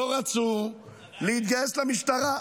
-- לא רצו להתגייס למשטרה.